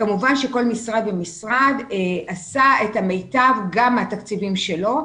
כמובן שכל משרד עשה את המיטב גם מהתקציבים שלו,